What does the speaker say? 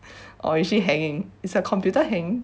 or is she hanging is her computer hanging